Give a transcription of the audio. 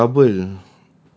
you have to pay double